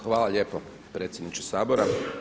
Hvala lijepo predsjedniče Sabora.